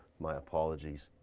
my apologies.